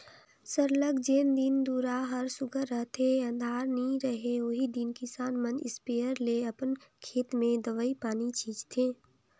सरलग जेन दिन दुरा हर सुग्घर रहथे अंधार नी रहें ओही दिन किसान मन इस्पेयर ले अपन खेत में दवई पानी छींचथें